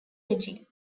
regime